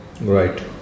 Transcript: Right